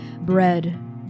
Bread